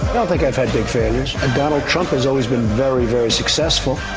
don't think i've had big failures. donald trump has always been very, very successful.